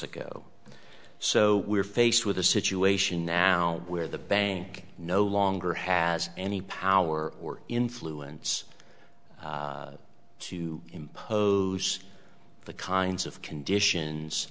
ago so we're faced with a situation now where the bank no longer has any power or influence to impose the kinds of conditions